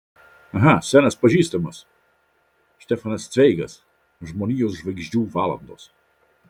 aha senas pažįstamas stefanas cveigas žmonijos žvaigždžių valandos